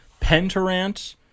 pentarant